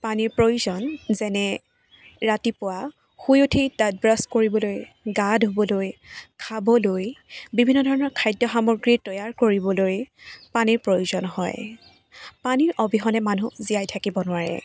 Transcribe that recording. পানীৰ প্ৰয়োজন যেনে ৰাতিপুৱা শুই উঠি দাঁত ব্ৰাছ কৰিবলৈ গা ধুবলৈ খাবলৈ বিভিন্ন ধৰণৰ খাদ্য সামগ্ৰী তৈয়াৰ কৰিবলৈ পানীৰ প্ৰয়োজন হয় পানীৰ অবিহনে মানুহ জীয়াই থাকিব নোৱাৰে